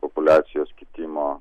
populiacijos kitimo